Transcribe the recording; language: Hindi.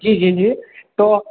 जी जी जी तो